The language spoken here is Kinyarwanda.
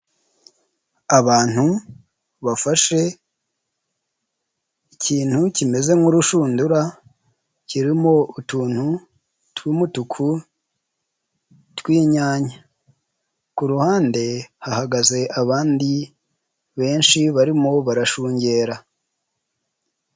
Abantu bafashe ikintu kimeze nk'urushundura kirimo utuntu tw'umutuku tw'inyanya, ku ruhande hahagaze abandi benshi barimo barashungera.